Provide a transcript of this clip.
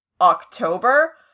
October